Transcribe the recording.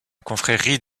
confrérie